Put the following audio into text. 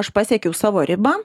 aš pasiekiau savo ribą